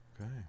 Okay